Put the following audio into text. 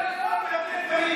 אתה לא בעד חוק הלאום?